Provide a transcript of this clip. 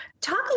Talk